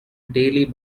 daily